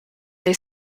they